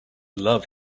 love